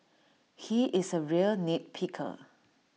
he is A real nit picker